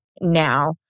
Now